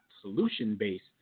solution-based